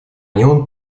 нем